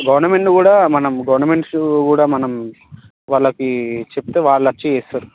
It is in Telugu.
గవర్నమెంట్ని కూడా మనము గవర్నమెంట్స్ కూడా మనం వాళ్ళకి చెప్తే వాళ్ళొచ్చి చేస్తారు